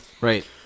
Right